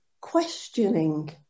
questioning